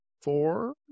Four